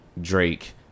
Drake